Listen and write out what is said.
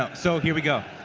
ah so here we go.